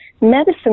medicine